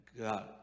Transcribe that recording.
god